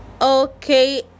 okay